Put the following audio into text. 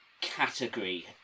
category